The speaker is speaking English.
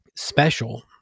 special